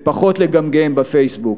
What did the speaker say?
ופחות לגמגם בפייסבוק.